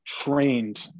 trained